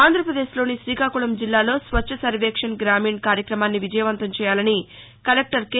ఆంధ్రాపదేశ్ లోని శీకాకుళం జిల్లాలో స్వచ్చసర్వేక్షన్ గ్రామీణ్ కార్యక్రమాన్ని విజయవంతం చేయాలని కలెక్టర్ కె